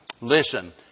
Listen